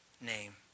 name